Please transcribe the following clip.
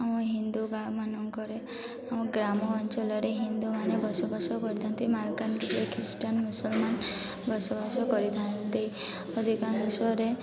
ଆମ ହିନ୍ଦୁ ଗାଁ ମାନଙ୍କରେ ଆମ ଗ୍ରାମଅଞ୍ଚଳରେ ହିନ୍ଦୁମାନେ ବସବାସ କରିଥାନ୍ତି ମାଲକାନଗିରି ଖ୍ରୀଷ୍ଟିାଆନ ମୁସଲମାନ ବସବାସ କରିଥାନ୍ତି ଅଧିକାଂଶରେ